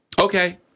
Okay